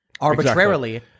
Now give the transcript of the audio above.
arbitrarily